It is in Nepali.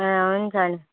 अँ हुन्छ नि